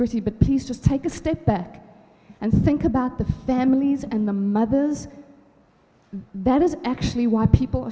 gritty but pieces take a step back and think about the families and the mothers there is actually why people